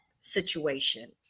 situation